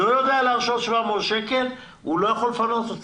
במקרה כזה הוא לא יכול לפנות אותי,